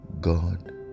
God